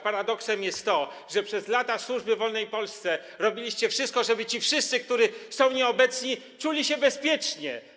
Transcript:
Paradoksem jest to, że przez lata służby w wolnej Polsce robiliście wszystko, żeby ci wszyscy, którzy tu są nieobecni, czuli się bezpiecznie.